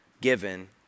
given